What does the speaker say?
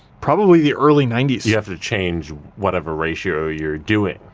probably the early ninety s. you have to change whatever ratio you're doing,